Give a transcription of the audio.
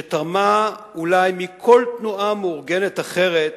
שתרמה אולי יותר מכל תנועה מאורגנת אחרת